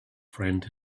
friend